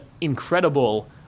incredible